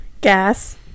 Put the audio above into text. gas